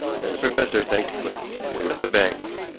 then the professor thanked the clerk, and we left the bank.